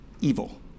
evil